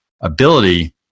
ability